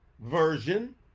version